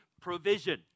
provision